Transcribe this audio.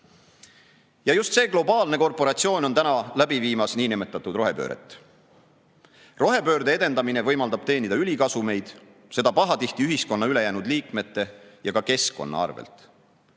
näol. Just see globaalne korporatsioon viib läbi niinimetatud rohepööret. Rohepöörde edendamine võimaldab teenida ülikasumeid, seda pahatihti ühiskonna ülejäänud liikmete ja ka keskkonna arvel.